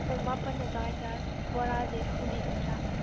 ꯄꯨꯡ ꯃꯥꯄꯜ ꯑꯗꯨꯋꯥꯏꯗ ꯕꯣꯔꯥꯁꯦ ꯐꯪꯕꯤꯒꯗ꯭ꯔ